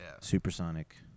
Supersonic